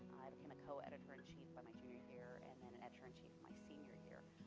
i became a co-editor-in-chief by my junior year, and then editor-in-chief my senior year,